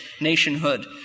nationhood